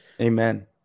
Amen